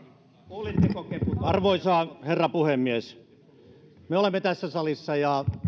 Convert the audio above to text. arvoisa herra puhemies me tässä salissa ja